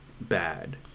bad